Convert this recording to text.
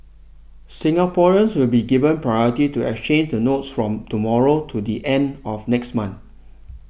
Singaporeans will be given priority to exchange the notes from tomorrow to the end of next month